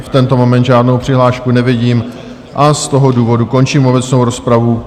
V tento moment žádnou přihlášku nevidím a z toho důvodu končím obecnou rozpravu.